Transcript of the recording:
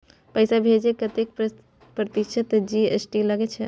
पैसा भेजै में कतेक प्रतिसत जी.एस.टी लगे छै?